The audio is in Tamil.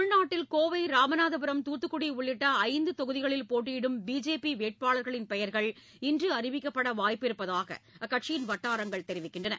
தமிழ்நாட்டில் கோவை ராமநாதபுரம் துத்துக்குடி உள்ளிட்ட ஐந்து தொகுதிகளில் போட்டியிடும் பிஜேபி வேட்பாளர்களின் பெயர்கள் இன்று அறிவிக்கப்பட வாய்ப்பிருப்பதாக அக்கட்சியின் வட்டாரங்கள் தெரிவித்தன